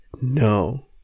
No